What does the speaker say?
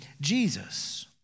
Jesus